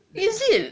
is it